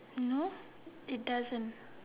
no it doesn't